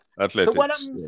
Athletics